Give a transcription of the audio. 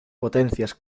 potencias